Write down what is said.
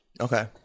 Okay